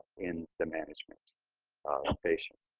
in the management of patients.